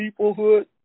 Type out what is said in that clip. peoplehood